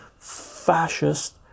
fascist